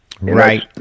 Right